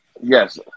Yes